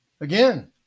Again